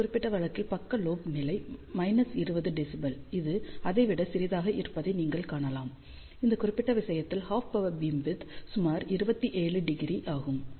இந்த குறிப்பிட்ட வழக்கில் பக்க லோப் நிலை 20 dB இது இதை விட சிறியதாக இருப்பதை நீங்கள் காணலாம் இந்த குறிப்பிட்ட விஷயத்தில் ஹாஃப் பவர் பீம் விட்த் சுமார் 27° ஆகும்